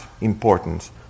importance